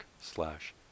slash